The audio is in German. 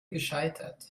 gescheitert